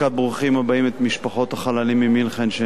משפחות החללים ממינכן שנמצאות אתנו.